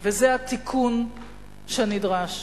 וזה התיקון שנדרש.